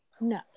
No